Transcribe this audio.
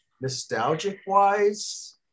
Nostalgic-wise